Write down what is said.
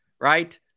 right